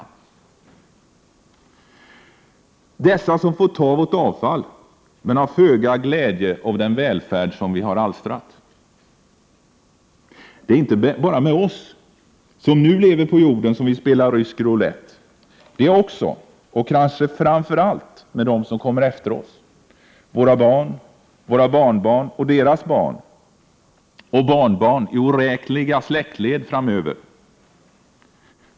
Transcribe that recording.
De får ta vårt avfall men har föga glädje av den välfärd som vi har alstrat. Det är inte bara med oss som nu lever på jorden som vi spelar rysk roulett. Det är också, och kanske framför allt, med dem som kommer efter oss: våra barn, barnbarn och deras barn och barnbarn i oräkneliga släktled framöver.